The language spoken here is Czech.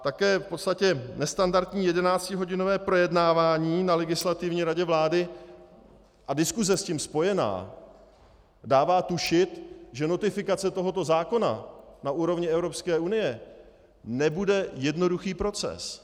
Také nestandardní jedenáctihodinové projednávání na Legislativní radě vlády a diskuse s tím spojená dává tušit, že notifikace tohoto zákona na úrovni Evropské unie nebude jednoduchý proces.